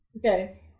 Okay